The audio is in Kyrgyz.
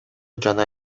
жана